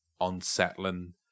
unsettling